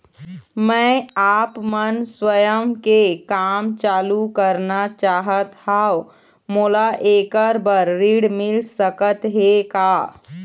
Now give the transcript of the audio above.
मैं आपमन स्वयं के काम चालू करना चाहत हाव, मोला ऐकर बर ऋण मिल सकत हे का?